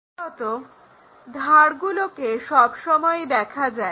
দ্বিতীয়ত ধারগুলোকে সবসময়ই দেখা যায়